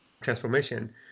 transformation